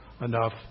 enough